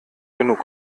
genug